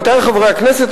עמיתי חברי הכנסת,